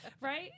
right